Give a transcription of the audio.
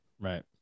right